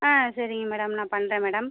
ஆ சரிங்க மேடம் நான் பண்ணுறேன் மேடம்